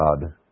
God